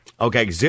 Okay